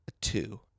two